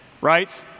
right